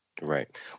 Right